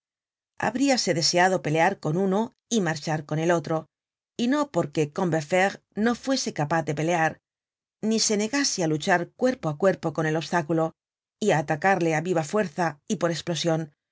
guia habríase deseado pelear con uno y marchar con el otro y no porque combeferre no fuese capaz de pelear ni se negase á luchar cuerpo á cuerpo con el obstáculo y á atacarle á viva fuerza y por esplosion